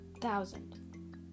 Thousand